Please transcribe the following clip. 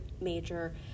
major